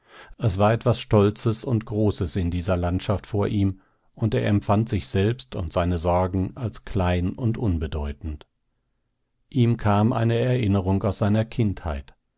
es war etwas stolzes und großes in dieser landschaft vor ihm und er empfand sich selbst und seine sorgen als klein und unbedeutend ihm kam eine erinnerung aus seiner kindheit